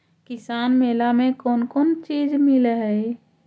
किसान मेला मे कोन कोन चिज मिलै है?